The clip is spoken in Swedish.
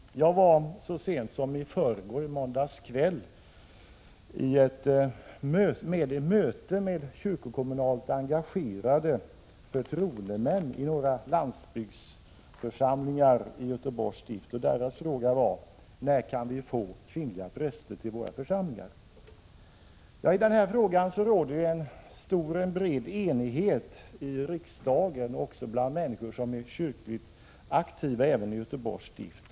Jag var så sent som i måndags kväll på ett möte med kyrkokommunalt engagerade förtroendemän i några landsbygdsförsamlingar i Göteborgs stift, och deras fråga var: När kan vi få kvinnliga präster till våra församlingar? I detta ärende råder en bred enighet här i riksdagen liksom bland människor som är kyrkligt aktiva, även i Göteborgs stift.